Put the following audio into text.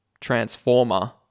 Transformer